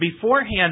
beforehand